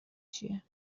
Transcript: چیه